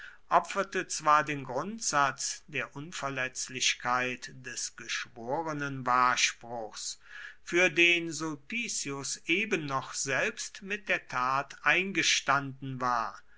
opferte zwar den grundsatz der unverletzlichkeit des geschworenenwahrspruchs für den sulpicius eben noch selbst mit der tat eingestanden war